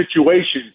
situations